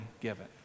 given